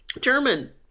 German